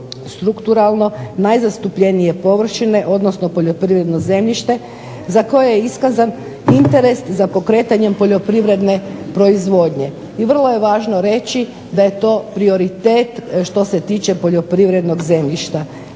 strukturalno najzastupljenije površine, odnosno poljoprivredno zemljište za koje je iskazan interes za pokretanjem poljoprivredne proizvodnje. I vrlo je važno reći da je to prioritet što se tiče poljoprivrednog zemljišta.